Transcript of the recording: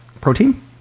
protein